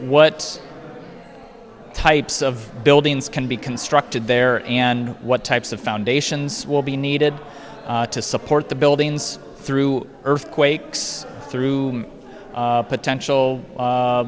what types of buildings can be constructed there and what types of foundations will be needed to support the buildings through earthquakes through potential